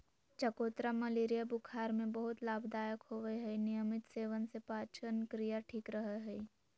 चकोतरा मलेरिया बुखार में बहुत लाभदायक होवय हई नियमित सेवन से पाचनक्रिया ठीक रहय हई